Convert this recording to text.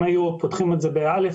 אם היו פותחים את זה ב-א',